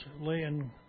laying